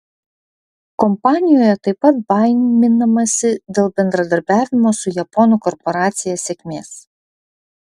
kompanijoje taip pat baiminamasi dėl bendradarbiavimo su japonų korporacija sėkmės